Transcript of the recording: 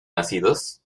nacidos